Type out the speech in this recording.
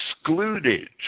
excluded